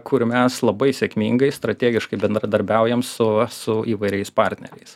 kur mes labai sėkmingai strategiškai bendradarbiaujam su su įvairiais partneriais